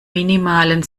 minimalen